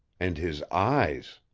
and his eyes!